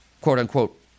quote-unquote